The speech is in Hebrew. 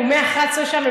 אנחנו מ-11:00 שם,